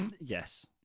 yes